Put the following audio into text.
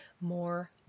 more